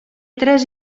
tres